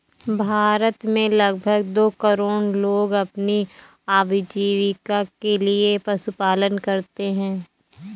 भारत में लगभग दो करोड़ लोग अपनी आजीविका के लिए पशुपालन करते है